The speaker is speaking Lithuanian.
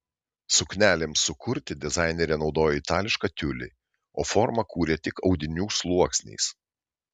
suknelėms sukurti dizainerė naudojo itališką tiulį o formą kūrė tik audinių sluoksniais